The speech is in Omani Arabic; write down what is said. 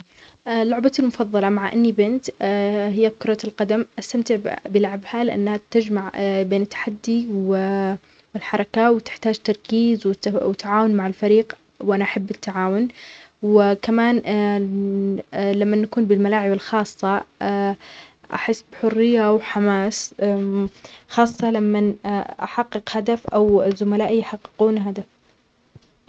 لعبتي المفضلة مع أني بنت هي كرة القدم. أستمتع ب-بلعبها لأنها بتجمع بين التحدي و-والحركة وتحتاج تركيز وت-وتعاون مع الفريق. وأنا أحب التعاون. وكمان لما نكون بالملاعب الخاصة أ-أحس بحرية وحماس خاصة لمن أحقق هدف أو زملائي يحققون هدف